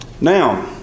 Now